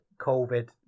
COVID